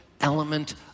element